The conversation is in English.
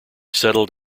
settled